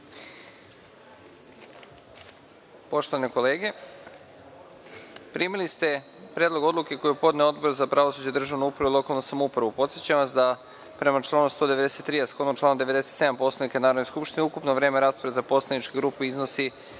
predlog. Poštovane kolege, primili ste Predlog odluke koju je podneo Odbor za pravosuđe, državnu upravu i lokalnu samoupravu. Podsećam vas da prema članu 193. a shodno članu 97. Poslovnika Narodne skupštine, ukupno vreme rasprave za poslaničke grupe iznosi